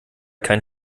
kein